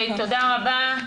תודה רבה.